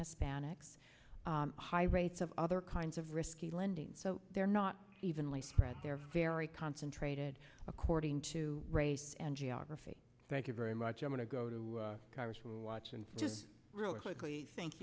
hispanics high rates of other kinds of risky lending so they're not evenly spread they're very concentrated according to race and geography thank you very much i'm going to go to congress who watch and just really quickly thank